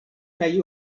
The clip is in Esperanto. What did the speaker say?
kaj